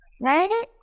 Right